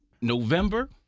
November